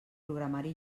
programari